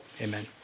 Amen